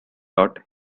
lot